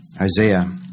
Isaiah